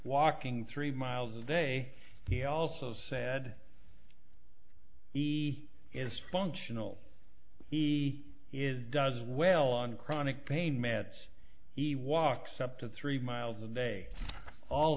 walking three miles a day he also said he is functional he is does well on chronic pain meds he walks up to three miles a day all